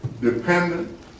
dependent